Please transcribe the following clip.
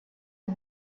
die